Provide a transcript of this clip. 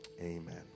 Amen